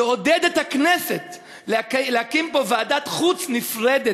יעודד את הכנסת להקים פה ועדת חוץ נפרדת.